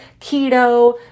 keto